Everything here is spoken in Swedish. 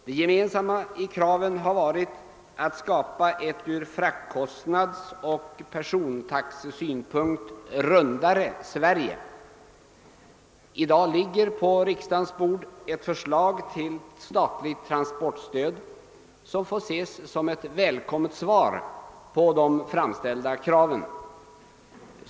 Det gemensamma i kraven har varit att skapa ett från fraktkostnadsoch persontaxesynpunkt rundare Sverige. I dag ligger på riksdagens bord ett förslag till statligt transportstöd, som får ses som ett välkommet svar på de framställda kraven.